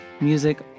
music